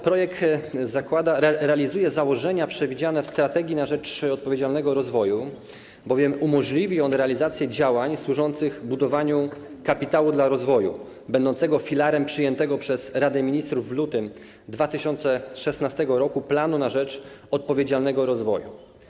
Projekt realizuje założenia przewidziane w „Strategii na rzecz odpowiedzialnego rozwoju”, bowiem umożliwi on realizację działań służących budowaniu kapitału dla rozwoju, będącego filarem przyjętego przez Radę Ministrów w lutym 2016 r. „Planu na rzecz odpowiedzialnego rozwoju”